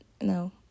No